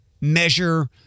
measure